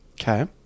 Okay